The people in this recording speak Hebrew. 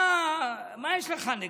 מה יש לך נגדם?